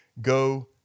go